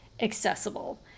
accessible